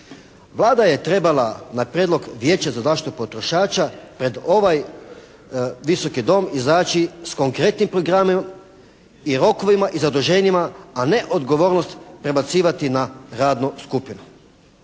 Vlada je trebala na prijedlog Vijeća za zaštitu potrošača pred ovaj Visoki dom izaći s konkretnim programom i rokovima i zaduženjima, a ne odgovornost prebacivati na radnu skupinu.